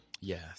Yes